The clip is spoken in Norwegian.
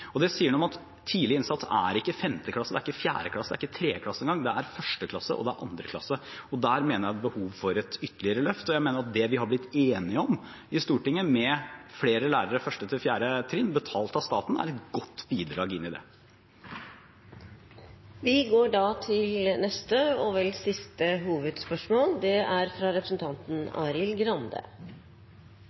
Det sier noe om at «tidlig innsats» er ikke 5. klasse, det er ikke 4. klasse, det er ikke engang 3. klasse, det er 1. klasse, og det er 2. klasse. Der mener jeg at det er behov for et ytterligere løft, og at det vi har blitt enige om i Stortinget, flere lærere på 1.–4. trinn, betalt av staten, er et godt bidrag inn i det. Vi går til neste, og siste, hovedspørsmål, fra Arild Grande.